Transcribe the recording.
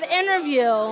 interview